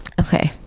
Okay